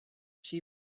she